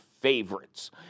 favorites